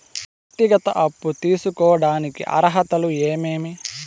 వ్యక్తిగత అప్పు తీసుకోడానికి అర్హతలు ఏమేమి